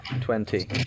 Twenty